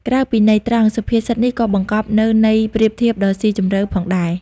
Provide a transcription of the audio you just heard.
ក្រៅពីន័យត្រង់ សុភាសិតនេះក៏បង្កប់នូវន័យប្រៀបធៀបដ៏ស៊ីជម្រៅផងដែរ។